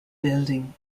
building